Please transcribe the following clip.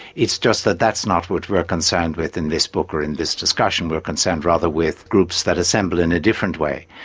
it's just that that's not what we're concerned with in this book or in this discussion, we're concerned rather with groups that assemble in a different way.